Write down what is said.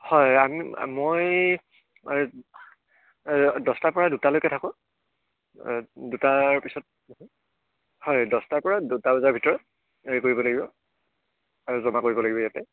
হয় আমি মই দছটাৰ পৰা দুটালৈকে থাকোঁ দুটাৰ পিছত হয় দছটাৰ পৰা দুটা বজাৰ ভিতৰত হেৰি কৰিব লাগিব আৰু জমা কৰিব লাগিব ইয়াতে